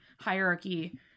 hierarchy